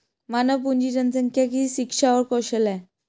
मानव पूंजी जनसंख्या की शिक्षा और कौशल है